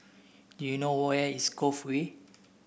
you know where is Cove Way